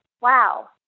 wow